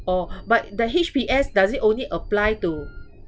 orh but the H_P_S does it only apply to